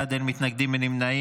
15 בעד, אין מתנגדים, אין נמנעים.